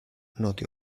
noti